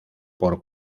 por